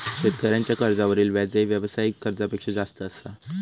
शेतकऱ्यांच्या कर्जावरील व्याजही व्यावसायिक कर्जापेक्षा जास्त असा